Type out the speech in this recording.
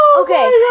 Okay